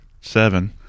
seven